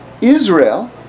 Israel